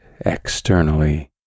externally